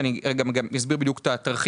ואני אסביר בדיוק את התרחיש,